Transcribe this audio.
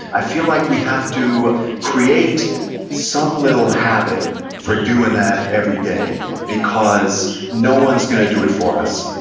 i feel like we have to create some little habit for doing that every day because no one's going to do it for us.